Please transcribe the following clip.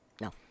No